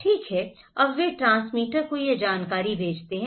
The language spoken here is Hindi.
ठीक है अब वे ट्रांसमीटर को यह जानकारी भेजते हैं